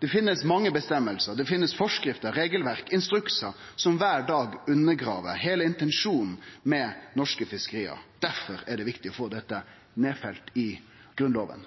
Det finst mange fråsegner, det finst forskrifter, regelverk og instruksar som kvar dag undergrev heile intensjonen med norsk fiskeri. Difor er det viktig å få dette nedfelt i Grunnloven.